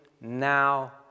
now